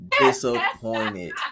disappointed